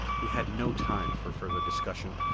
we had no time for further discussion.